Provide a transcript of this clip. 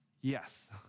Yes